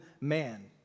man